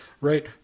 right